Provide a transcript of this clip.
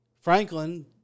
Franklin